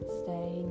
stay